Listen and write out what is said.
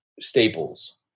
staples